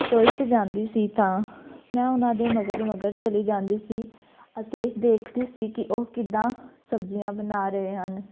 ਰਸੋਈ 'ਚ ਜਾਂਦੀ ਸੀ ਤਾਂ ਮੈਂ ਉਹਨਾਂ ਦੇ ਮਗਰ ਮਗਰ ਚਲੀ ਜਾਂਦੀ ਸੀ ਅਤੇ ਦੇਖਦੀ ਸੀ ਕਿ ਉਹ ਕਿੱਦਾਂ ਸਬਜ਼ੀਆਂ ਬਣਾ ਰਹੇ ਹਨ